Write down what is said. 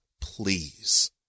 please